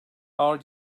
ağır